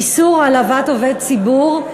איסור העלבת עובד ציבור,